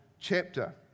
chapter